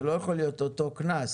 זה לא יכול להיות אותו קנס.